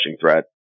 threat